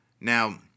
Now